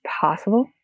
possible